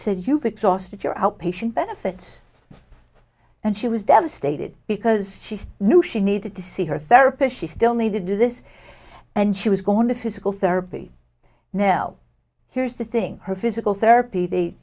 sauced your outpatient benefits and she was devastated because she knew she needed to see her therapist she still need to do this and she was going to physical therapy now here's the thing her physical therapy they